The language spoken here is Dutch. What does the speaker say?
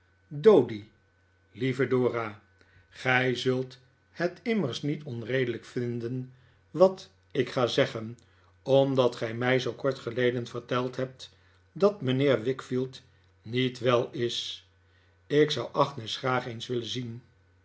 doady lieve dora gij zult het immers niet onredelijk vinden wat ik ga zeggen omdat ge mij zoo kort geleden verteld hebt dat mijnheer wickfield niet wel is ik zou agnes graag eens willen zien